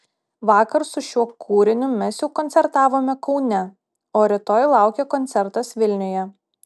vakar su šiuo kūriniu mes jau koncertavome kaune o rytoj laukia koncertas vilniuje